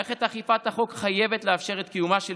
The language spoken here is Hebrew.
מערכת אכיפת החוק חייבת לאפשר את קיומה של